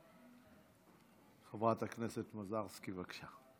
חברת הכנסת מזרסקי, בבקשה.